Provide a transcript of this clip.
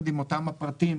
במישרין או בעקיפין,